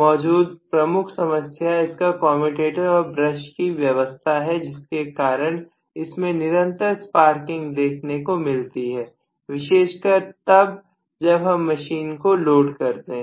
मौजूद प्रमुख समस्या इसका कमयुटेटर और ब्रश की व्यवस्था है जिसके कारण इसमें निरंतर स्पार्किंग देखने को मिलती है विशेषकर तब जब हम मशीन को लोड करते हैं